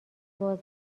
باز